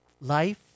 Life